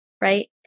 right